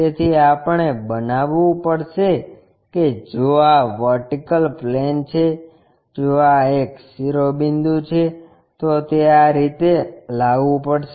તેથી આપણે બનાવવું પડશે કે જો આ વર્ટિકલ પ્લેન છે જો આ એક શિરોબિંદુ છે તો તે આં રીતે લાવવું પડશે